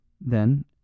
Then